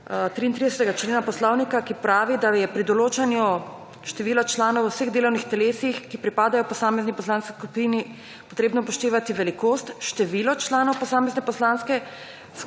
33. člena Poslovnika, ki pravi, da je pri določanju število članov v vseh delovnih telesih, ki pripadajo posamezni poslanski skupini potrebno upoštevati velikost, število članov posamezne poslanske